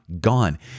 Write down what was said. gone